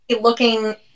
looking